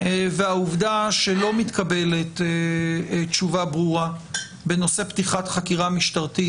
והעובדה שלא מתקבלת תשובה ברורה בנושא פתיחת חקירה משטרתית,